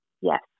Yes